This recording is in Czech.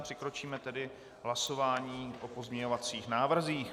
Přikročíme tedy k hlasování o pozměňovacích návrzích.